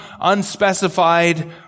unspecified